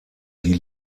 die